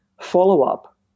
follow-up